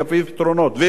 והבטיח פתרונות,